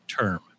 term